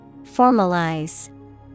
Formalize